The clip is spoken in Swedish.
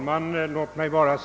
Herr talman!